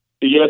Yes